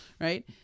right